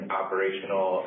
operational